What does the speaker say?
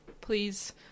please